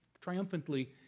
triumphantly